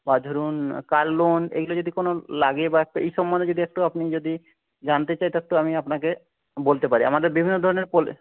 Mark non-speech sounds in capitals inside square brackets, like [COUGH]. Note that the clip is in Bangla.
বা ধরুন কার লোন এইগুলো যদি কোনো লাগে বা এই সম্বন্ধে যদি একটু আপনি যদি জানতে চান [UNINTELLIGIBLE] তো আপনাকে বলতে পারি আমাদের বিভিন্ন ধরনের